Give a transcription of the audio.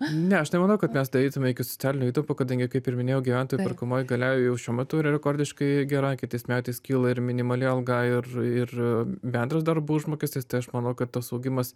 ne aš nemanau kad mes daeitume iki socialinių įtampų kadangi kaip ir minėjau gyventojų perkamoji galia jau šiuo metu yra rekordiškai gera kitais metais kyla ir minimali alga ir ir bendras darbo užmokestis tai aš manau kad tas augimas